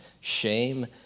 shame